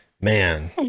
man